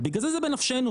ובגלל זה בנפשנו,